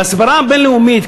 בהסברה הבין-לאומית,